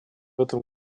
этом